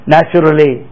Naturally